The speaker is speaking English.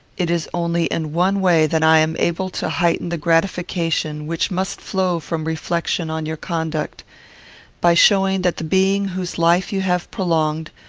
it is only in one way that i am able to heighten the gratification which must flow from reflection on your conduct by showing that the being whose life you have prolonged,